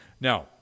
Now